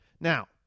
Now